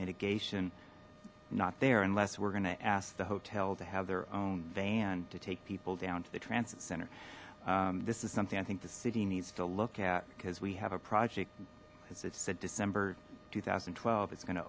mitigation not there unless we're going to ask the hotel to have their own van to take people down to the transit center this is something i think the city needs to look at because we have a project as it said december two thousand and twelve it's going to